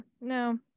no